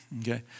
okay